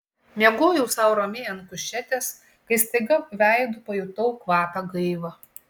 miegojau sau ramiai ant kušetės kai staiga veidu pajutau kvapią gaivą